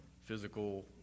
physical